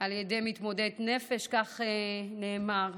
על ידי מתמודד נפש, כך נאמר.